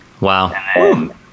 Wow